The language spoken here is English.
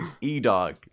E-Dog